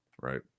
right